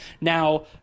now